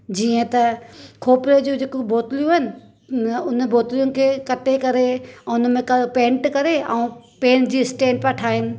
जीअं त खोपड़े जी जेकियूं बोतलियूं आहिनि न उन बोतलियूं के कटे करे उन में क पेंट करे ऐं पंहिंजी स्टैंप ठाहिनि